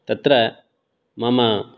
तत्र मम